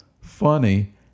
Funny